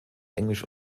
englisch